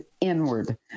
inward